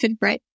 Right